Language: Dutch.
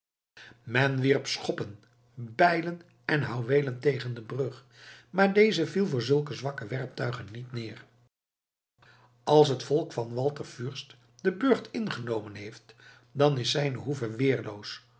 men wierp schoppen bijlen en houweelen tegen de brug maar deze viel voor zulke zwakke werptuigen niet neer als het volk van walter fürst den burcht ingenomen heeft dan is zijne hoeve